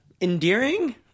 endearing